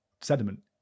sediment